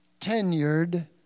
tenured